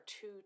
two